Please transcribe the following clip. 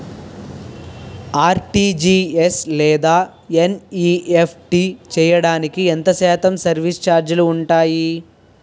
RTGS లేదా NEFT చేయడానికి ఎంత శాతం సర్విస్ ఛార్జీలు ఉంటాయి?